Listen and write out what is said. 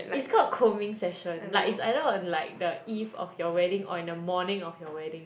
is called combing session like is either on like the eve of your wedding or in the morning of your wedding